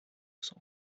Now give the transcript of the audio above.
son